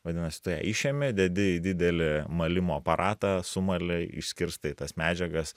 vadinas tu ją išimi dedi į didelį malimo aparatą sumali išskirsto į tas medžiagas